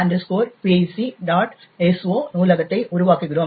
so நூலகத்தை உருவாக்குகிறோம்